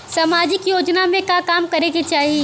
सामाजिक योजना में का काम करे के चाही?